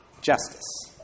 justice